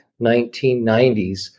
1990s